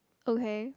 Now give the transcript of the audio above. okay